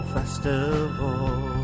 Festival